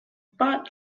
but